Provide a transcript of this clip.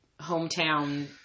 hometown